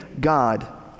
God